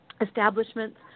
establishments